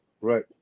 right